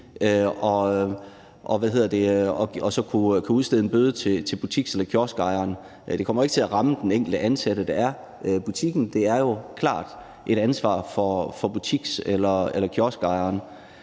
gå ind og udstede en bøde til butiks- eller kioskejeren. Det kommer ikke til at ramme den enkelte ansatte, der er i butikken; det er jo klart butiks- eller kioskejerens